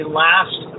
last